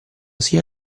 sia